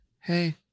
hey